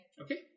Okay